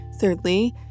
thirdly